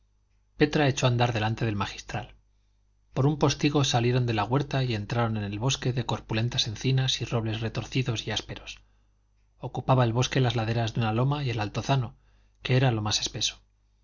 petra echó a andar delante del magistral por un postigo salieron de la huerta y entraron en el bosque de corpulentas encinas y robles retorcidos y ásperos ocupaba el bosque las laderas de una loma y el altozano que era lo más espeso